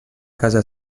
casa